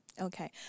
Okay